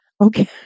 Okay